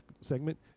segment